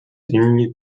inni